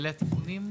אלה התיקונים?